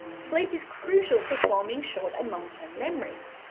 sleep is crucial to forming short and long term memories.